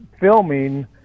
Filming